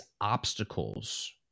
obstacles